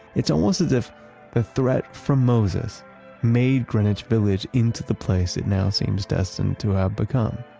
it's almost as if the threat from moses made greenwich village into the place it now seems destined to have become.